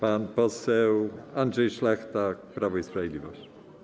Pan poseł Andrzej Szlachta, Prawo i Sprawiedliwość.